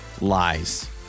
Lies